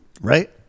Right